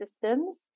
systems